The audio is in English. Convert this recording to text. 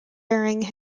bearing